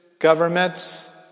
governments